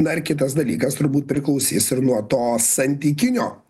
dar kitas dalykas turbūt priklausys ir nuo to santykinio